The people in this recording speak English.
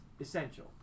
essential